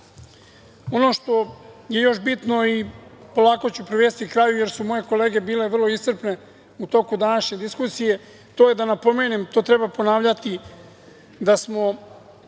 što je još bitno, i polako ću privesti kraju jer su moje kolege bile vrlo iscrpne u toku današnje diskusije, to je da napomenem, to treba ponavljati, da smo